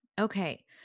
okay